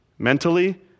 Mentally